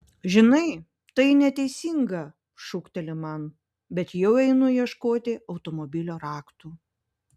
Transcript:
žinai tai neteisinga šūkteli man bet jau einu ieškoti automobilio raktų